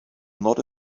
not